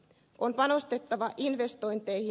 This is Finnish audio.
on panostettava investointeihin